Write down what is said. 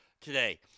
today